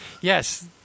Yes